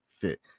Fit